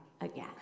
again